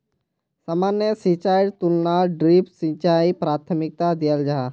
सामान्य सिंचाईर तुलनात ड्रिप सिंचाईक प्राथमिकता दियाल जाहा